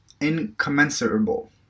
incommensurable